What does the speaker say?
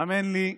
האמן לי,